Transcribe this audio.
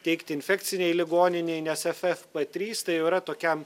teikt infekcinei ligoninei nes ffp trys tai jau yra tokiam